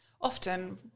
often